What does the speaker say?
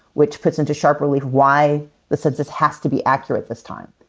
which puts into sharp relief why the census has to be accurate this time.